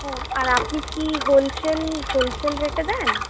ও আর আপনি কি হোলসেল হোলসেল রেটে দেন